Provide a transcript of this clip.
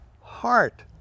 heart